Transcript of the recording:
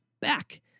back